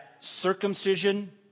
circumcision